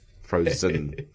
Frozen